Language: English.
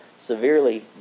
severely